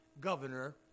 governor